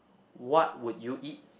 what would you eat